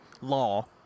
law